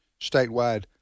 statewide